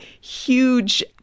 huge